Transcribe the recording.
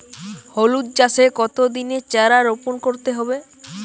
হলুদ চাষে কত দিনের চারা রোপন করতে হবে?